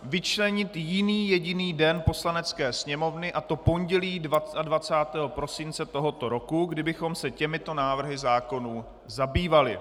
Vyčlenit jiný jediný den Poslanecké sněmovny, a to pondělí 22. prosince tohoto roku, kdy bychom se těmito návrhy zákonů zabývali.